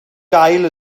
gael